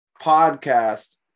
podcast